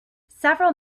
several